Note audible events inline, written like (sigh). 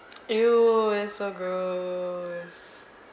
(noise) !eww! that's so gross